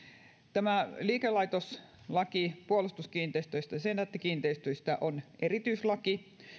tämä liikelaitoslaki puolustuskiinteistöistä ja senaatti kiinteistöistä on erityislaki